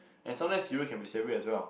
and sometimes cereal can be savory as well